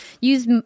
use